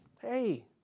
hey